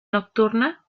nocturna